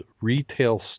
retail